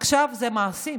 עכשיו זה מעשים.